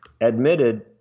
admitted